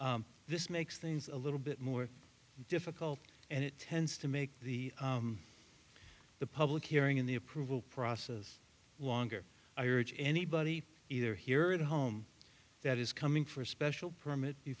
this makes things a little bit more difficult and it tends to make the public hearing in the approval process longer i urge anybody either here at home that is coming for a special permit